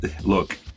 look